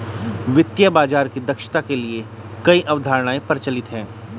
वित्तीय बाजार की दक्षता के लिए कई अवधारणाएं प्रचलित है